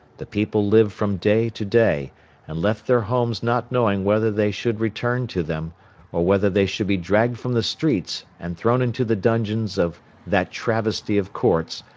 the people lived from day to day and left their homes not knowing whether they should return to them or whether they should be dragged from the streets and thrown into the dungeons of that travesty of courts,